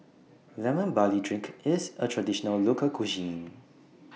Lemon Barley Drink IS A Traditional Local Cuisine